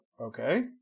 okay